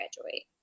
graduate